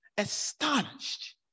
astonished